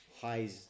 highs